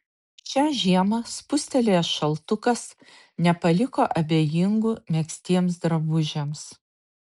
šią žiemą spustelėjęs šaltukas nepaliko abejingų megztiems drabužiams